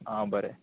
आं बरें